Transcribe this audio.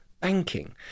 banking